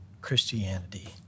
Christianity